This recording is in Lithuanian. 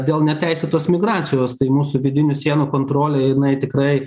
dėl neteisėtos migracijos tai mūsų vidinių sienų kontrolė jinai tikrai